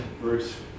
Bruce